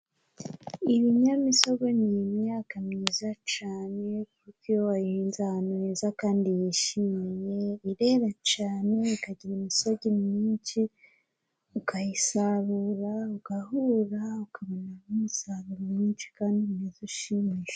Ibinyamisogwe ni imyaka myiza cyane, kuko iyo wayihinze ahantu heza kandi yishimiye, irera cyane ikagira imishogi myinshi. Ukayisarura, ugahura, ukabona n'umusaruro mwinshi kandi mwiza ushimishije.